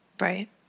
Right